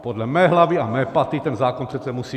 Podle mé hlavy a mé paty ten zákon přece musí být.